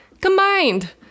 combined